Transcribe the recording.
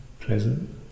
pleasant